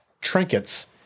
trinkets